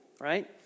right